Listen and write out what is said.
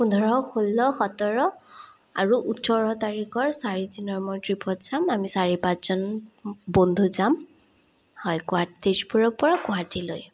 পোন্ধৰ ষোল্ল সোতৰ আৰু ওঠৰ তাৰিখৰ চাৰি দিনৰ মই ট্ৰিপত যাম আমি চাৰি পাঁচজন বন্ধু যাম হয় গুৱাহাটী তেজপুৰৰপৰা গুৱাহাটীলৈ